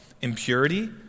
impurity